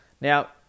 Now